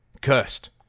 cursed